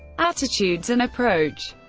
attitudes and approach